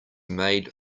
made